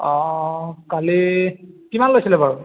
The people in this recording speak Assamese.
অঁ কালি কিমান লৈছিলে বাৰু